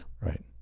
Right